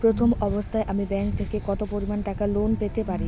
প্রথম অবস্থায় আমি ব্যাংক থেকে কত পরিমান টাকা লোন পেতে পারি?